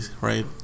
right